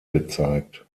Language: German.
gezeigt